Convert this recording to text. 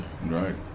Right